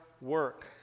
work